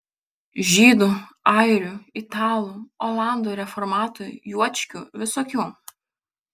žydų airių italų olandų reformatų juočkių visokių